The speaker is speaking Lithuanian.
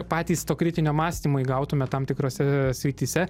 patys to kritinio mąstymo įgautume tam tikrose srityse